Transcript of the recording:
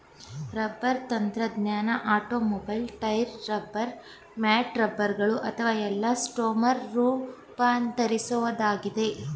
rubber ತಂತ್ರಜ್ಞಾನ automobile tyre rubber mats ರಬ್ಬರ್ಗಳು ಅಥವಾ ಎಲಾಸ್ಟೊಮರ್ ರೂಪಾಂತರಿಸೋದಾಗಿದೆ